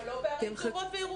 אבל לא בערים כתומות וירוקות.